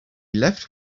left